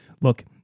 Look